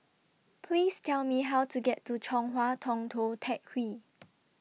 Please Tell Me How to get to Chong Hua Tong Tou Teck Hwee